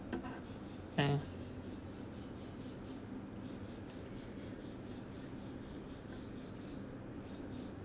uh